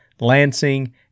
Lansing